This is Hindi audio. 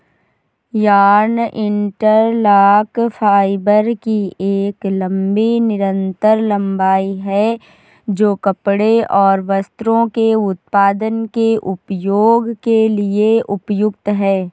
यार्न इंटरलॉक फाइबर की एक लंबी निरंतर लंबाई है, जो कपड़े और वस्त्रों के उत्पादन में उपयोग के लिए उपयुक्त है